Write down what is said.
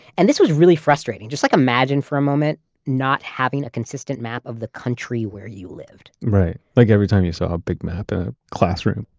and this was really frustrating. just like imagine for a moment not having a consistent map of the country where you lived right. like every time you saw a big map in a classroom,